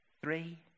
Three